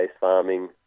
farming